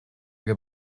mehr